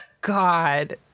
god